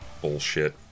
bullshit